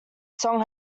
song